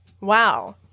Wow